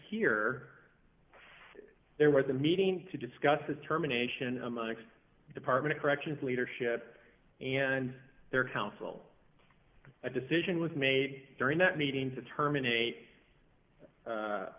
here there was a meeting to discuss the terminations amongst the department of corrections leadership and their counsel a decision was made during that meeting to terminate